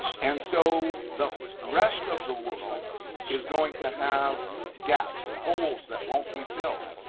and so the rest of the world is going to have gaps, holes that won't be filled.